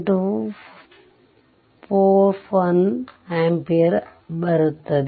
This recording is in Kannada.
241 ಆಂಪಿಯರ್ ಬರುತ್ತದೆ